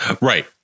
Right